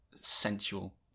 sensual